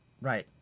right